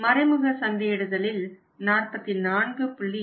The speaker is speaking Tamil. மறைமுக சந்தையிடுதலில் 44